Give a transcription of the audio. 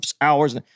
hours